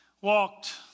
walked